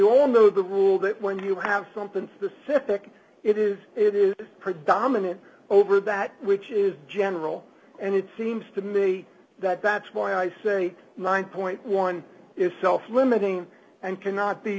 all know the rule that when you have something specific it is it is predominant over that which is general and it seems to me that that's why i say nine point one is self limiting and cannot be